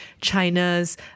China's